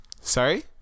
sorry